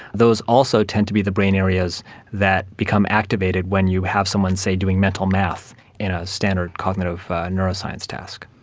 those also tend to be the brain areas that become activated when you have someone, say, doing mental math in a standard cognitive neuroscience task.